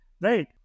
Right